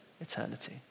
eternity